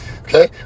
okay